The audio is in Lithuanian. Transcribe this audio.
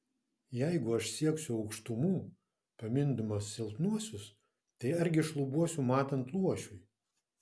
jeigu aš sieksiu aukštumų pamindamas silpnuosius tai argi šlubuosiu matant luošiui